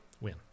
Win